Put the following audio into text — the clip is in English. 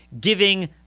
giving